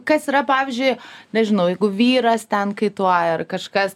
kas yra pavyzdžiui nežinau vyras ten kaituoja ar kažkas